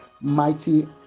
mighty